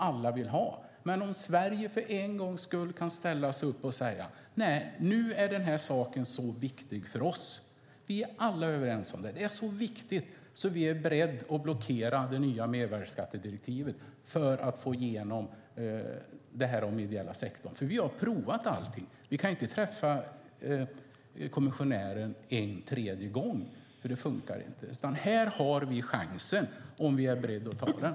Tänk om Sverige för en gångs skull kan ställa sig upp och säga: Den här saken är så viktig för oss att vi är beredda att blockera det nya mervärdesskattedirektivet för att få igenom det här om den ideella sektorn! Vi har provat allting. Vi kan ju inte träffa kommissionären en tredje gång, för det funkar inte. Här har vi chansen om vi är beredda att ta den!